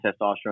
testosterone